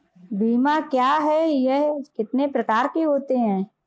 बीमा क्या है यह कितने प्रकार के होते हैं?